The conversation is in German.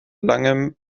langem